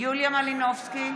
יוליה מלינובסקי,